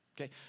Okay